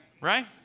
right